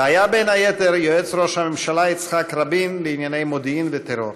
והיה בין היתר יועץ ראש הממשלה יצחק רבין לענייני מודיעין ולטרור,